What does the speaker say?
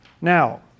Now